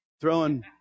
throwing